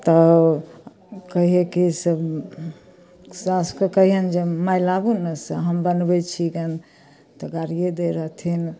तऽ कहियै कि सासुके कहियनि जे माइ लाबू ने से हम बनबय छीकनि तऽ गारिये दै रहथिन